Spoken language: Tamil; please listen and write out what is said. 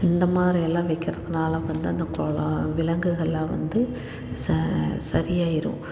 இந்த மாதிரி எல்லாம் வைக்குறதுனாலே வந்து அந்த விலங்குகளை வந்து ச சரியாயிடும்